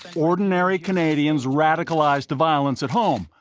ordinary canadians radicalized to violence at home.